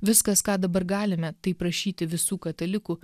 viskas ką dabar galime tai prašyti visų katalikų